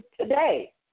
today